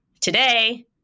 Today